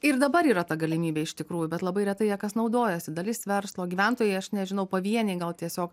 ir dabar yra ta galimybė iš tikrųjų bet labai retai ja kas naudojasi dalis verslo gyventojai aš nežinau pavieniai gal tiesiog